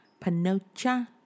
panocha